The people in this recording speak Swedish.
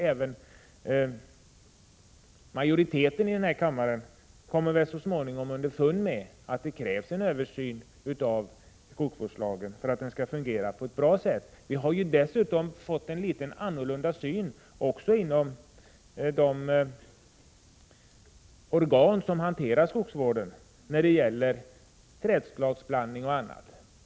Även majoriteten i den här kammaren kommer väl så småningom underfund med att det krävs en översyn av skogsvårdslagen för att den skall fungera på ett bra sätt. Dessutom har vi ju fått en annorlunda syn också inom de organ som hanterar skogsvården när det gäller trädslagsblandning och annat.